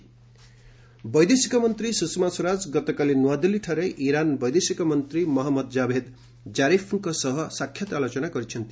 Sushma Iran ବିଦୈଶିକ ମନ୍ତ୍ରୀ ସୁଷମା ସ୍ୱରାଜ ଗତକାଲି ନୂଆଦିଲ୍ଲୀଠାରେ ଇରାନ ବୈଦେଶିକ ମନ୍ତ୍ରୀ ମହମ୍ମଦ ଜାଭେଦ ଜାରିଫଙ୍କ ସହ ସାକ୍ଷାତ ଆଲୋଚନା କରିଛନ୍ତି